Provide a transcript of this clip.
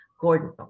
Gordon